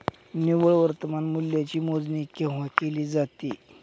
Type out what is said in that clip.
निव्वळ वर्तमान मूल्याची मोजणी केव्हा केली जाते?